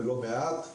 ולא מעט.